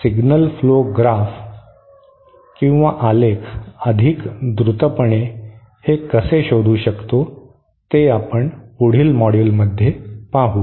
signal flow graph अधिक द्रुतपणे हे कसे शोधू शकतो ते आपण पुढील मॉड्यूलमध्ये पाहू